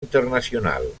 internacional